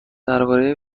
درباره